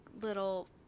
little